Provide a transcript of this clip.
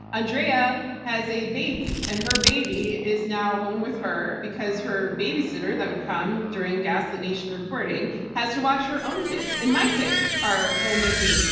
andrea has a baby and her baby is now home with her because her babysitter that would come during gaslit nation recording has to watch her own kids and my kids are home with me.